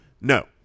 No